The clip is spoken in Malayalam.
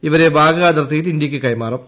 ഇവരെ വാഗാ അതിർത്തിയിൽ ഇന്ത്യയ്ക്ക് കൈമാറും